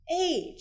age